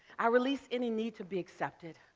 i release any need to be accepted.